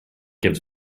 gives